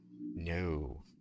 No